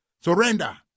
Surrender